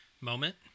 moment